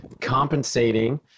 compensating